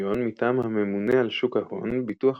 לרישיון מטעם הממונה על שוק ההון, ביטוח